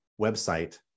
website